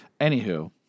Anywho